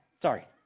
Sorry